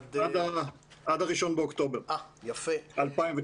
עד ה-1 באוקטובר 2019. יפה.